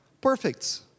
perfect